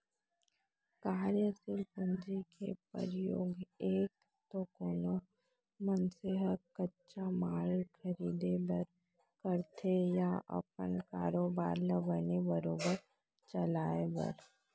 कारयसील पूंजी के परयोग एक तो कोनो मनसे ह कच्चा माल खरीदें बर करथे या अपन कारोबार ल बने बरोबर चलाय बर